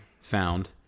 found